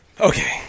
Okay